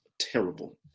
terrible